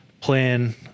plan